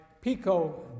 Pico